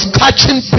catching